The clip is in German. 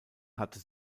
hatte